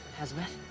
azabeth,